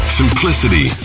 simplicity